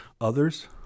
others